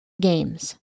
games